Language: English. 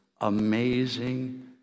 amazing